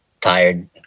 tired